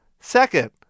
second